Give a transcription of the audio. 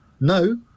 no